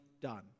done